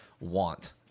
want